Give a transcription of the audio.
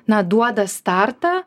na duoda startą